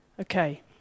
Okay